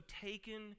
taken